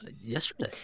yesterday